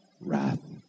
wrath